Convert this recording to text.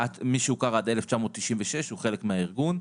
מי שהוכר עד 1996 הוא חלק מהארגון,